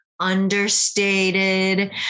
Understated